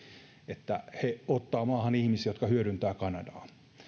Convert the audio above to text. että he ottavat maahan ihmisiä jotka hyödyttävät kanadaa